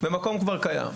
והמקום כבר קיים.